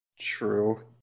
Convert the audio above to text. true